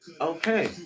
okay